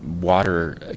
water